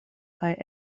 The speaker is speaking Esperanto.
kaj